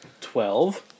Twelve